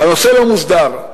והנושא לא מוסדר.